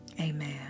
amen